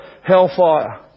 hellfire